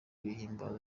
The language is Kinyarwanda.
kuyihimbaza